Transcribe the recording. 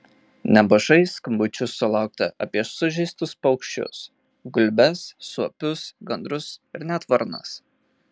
nemažai skambučių sulaukta apie sužeistus paukščius gulbes suopius gandrus ir net varnas